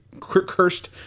cursed